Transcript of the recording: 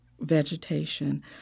vegetation